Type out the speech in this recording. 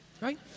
right